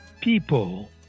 people